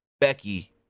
Becky